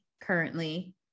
currently